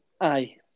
aye